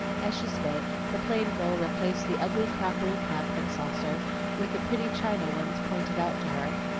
as she spoke, the plain girl replaced the ugly crockery cup and saucer with the pretty china ones pointed out to her,